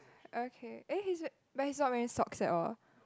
okay eh he is but he is not wearing socks at all